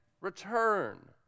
return